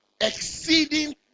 Exceeding